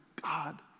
God